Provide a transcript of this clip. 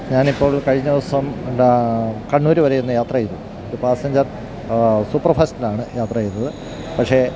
ഞാൻ ഇപ്പോൾ കഴിഞ്ഞ ദിവസം എന്താണ് കണ്ണൂർ വരെ ഒന്ന് യാത്ര ചെയ്തു പാസഞ്ചർ സൂപ്പർ ഫാസ്റ്റിലാണ് യാത്ര ചെയ്തത് പക്ഷെ